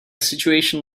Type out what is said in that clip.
situation